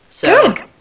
Good